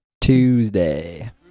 Tuesday